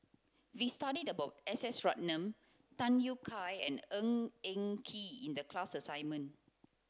we studied about S S Ratnam Tham Yui Kai and Ng Eng Kee in the class assignment